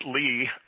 Lee